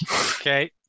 Okay